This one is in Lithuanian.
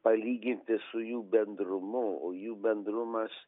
palyginti su jų bendrumu o jų bendrumas